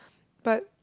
but